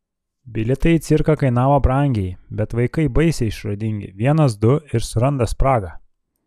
bilietai į cirką kainavo brangiai bet vaikai baisiai išradingi vienas du ir suranda spragą